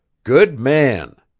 good man!